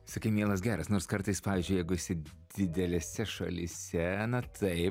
sakai mielas geras nors kartais pavyzdžiui jeigu esi didelėse šalyse na tai